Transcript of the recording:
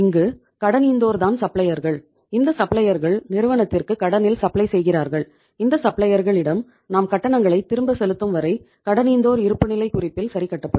இங்கு கடனீந்தோர் தான் சப்ளையர்கள் இடம் நாம் கட்டணங்களை திரும்ப செலுத்தும் வரை கடனீந்தோர் இருப்புநிலை குறிப்பில் சரிகட்டப்படும்